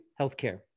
healthcare